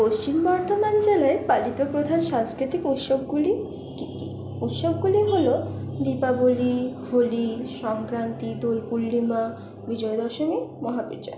পশ্চিম বর্ধমান জেলায় পালিত প্রধান সাংস্কৃতিক উৎসবগুলি কী কী উৎসবগুলি হল দীপাবলি হোলি সংক্রান্তি দোল পূর্ণিমা বিজয়া দশমী মহাবীর জয়ন্তী